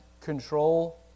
control